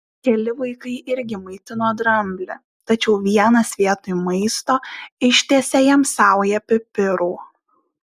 keli vaikai irgi maitino dramblį tačiau vienas vietoj maisto ištiesė jam saują pipirų